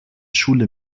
schule